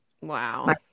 Wow